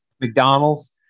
mcdonald's